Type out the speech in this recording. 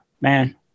man